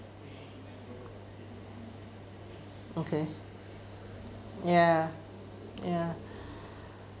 okay ya ya